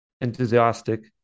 enthusiastic